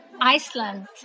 Iceland